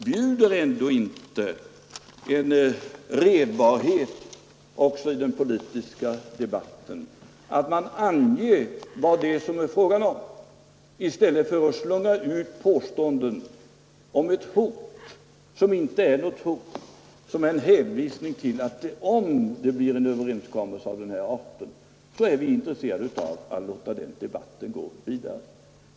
Bjuder ändå inte en redbarhet också i den politiska debatten att man anger vad det är fråga om i stället för att slunga ut påståenden om ett hot som inte är något hot, utan en hänvisning till att om det blir en överenskommelse mellan parterna på arbetsmarknaden, så är vi intresserade av att låta den debatten gå vidare.